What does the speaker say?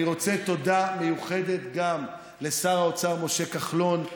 אני רוצה להגיד תודה מיוחדת גם לשר האוצר משה כחלון,